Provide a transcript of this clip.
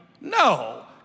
No